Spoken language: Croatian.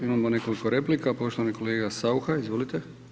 Imamo nekoliko replika, poštovani kolega Saucha, izvolite.